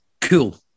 cool